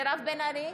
מירב בן ארי,